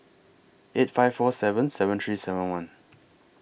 eight five four seven seven three seven one